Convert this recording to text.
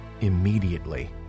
immediately